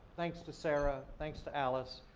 thanks to sarah, thanks to alice